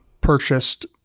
purchased